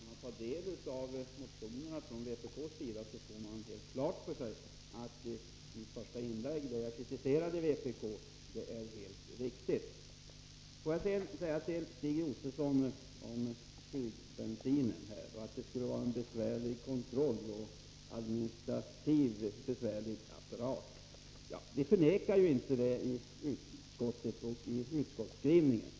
Herr talman! Får jag säga till Per Israelsson att när man tar del av motionerna från vpk:s sida får man helt klart för sig att vad jag sade i mitt första inlägg, där jag kritiserade vpk, är helt riktigt. Stig Josefson säger beträffande flygbensinen att det skulle vara en besvärlig kontroll och en administrativt besvärlig apparat. Vi förnekar inte det i utskottsskrivningen.